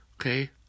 Okay